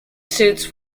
suits